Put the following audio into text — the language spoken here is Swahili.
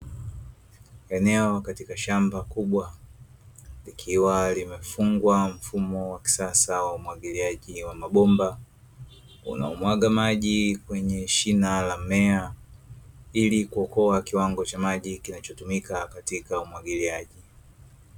Eneo katika shamba kubwa likiwa limefungwa mfumo wa kisasa wa umwagiliaji wa mabomba, una mwaga maji kwenye shina la mmea ili kuokoa kiwango cha maji kinachotumika katika umwagiliaji.